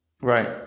Right